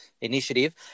initiative